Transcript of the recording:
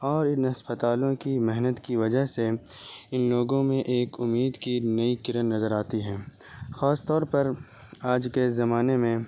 اور ان ہسپتالوں کی محنت کی وجہ سے ان لوگوں میں ایک امید کی نئی کرن نظر آتی ہے خاص طور پر آج کے زمانے میں